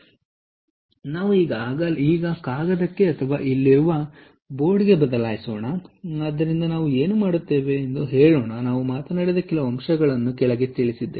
ಆದ್ದರಿಂದ ನಾವು ಈಗ ಕಾಗದಕ್ಕೆ ಅಥವಾ ಇಲ್ಲಿರುವ ಬೋರ್ಡ್ಗೆ ಬದಲಾಯಿಸೋಣ ಮತ್ತು ಆದ್ದರಿಂದ ನಾವು ಏನು ಮಾಡುತ್ತೇವೆ ಎಂದು ಹೇಳೋಣ ನಾವು ಮಾತನಾಡಿದ ಕೆಲವು ಅಂಶಗಳನ್ನು ಕೆಳಗೆ ತಿಳಿಸೋಣ